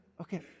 Okay